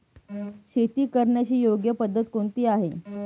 शेती करण्याची योग्य पद्धत कोणती आहे?